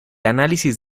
análisis